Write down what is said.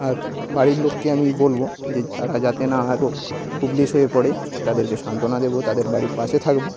আর বাড়ির লোককে আমি বলব যে তারা যাতে না আরও হোপলেস হয়ে পড়ে তাদেরকে সান্ত্বনা দেবো তাদের বাড়ির পাশে থাকব